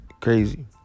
Crazy